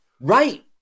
right